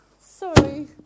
Sorry